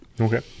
Okay